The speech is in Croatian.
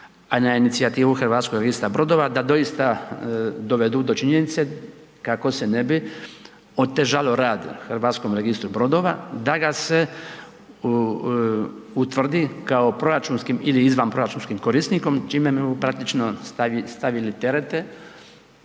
a na inicijativu HRB-a, da doista dovedu do činjenice kako se ne bi otežalo rad HRB-u, da ga se utvrdi kao proračunskim ili izvanproračunskim korisnikom čime bi mu praktično stavili terete